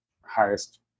highest